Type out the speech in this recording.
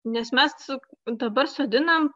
nes mes dabar sodinam